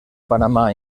panamà